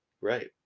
right